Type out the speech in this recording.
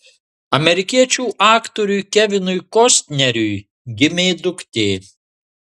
amerikiečių aktoriui kevinui kostneriui gimė duktė